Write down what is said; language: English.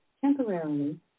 temporarily